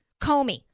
Comey